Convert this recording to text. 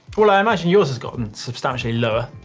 well i imagine yours has gotten substantially lower,